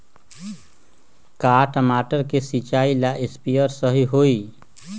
का टमाटर के सिचाई ला सप्रे सही होई?